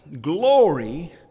glory